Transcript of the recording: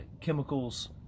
chemicals